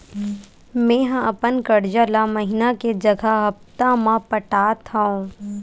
मेंहा अपन कर्जा ला महीना के जगह हप्ता मा पटात हव